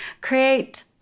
create